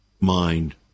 mind